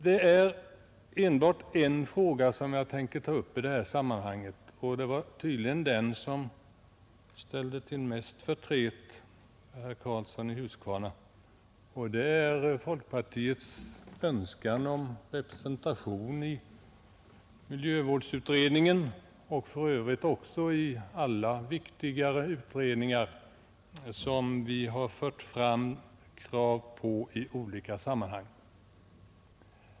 Det är enbart en fråga jag tänker ta upp — det var tydligen den som ställde till mest förtret för herr Karlsson i Huskvarna — och det är den önskan om representation i arbetsmiljöutredningen, och för övrigt också i alla andra viktigare utredningar, som folkpartiet framfört i olika sammanhang.